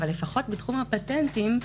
אבל לפחות בתום הפטנטים,